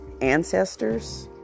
ancestors